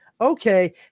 Okay